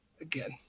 again